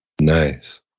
nice